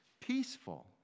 Peaceful